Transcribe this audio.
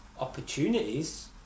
opportunities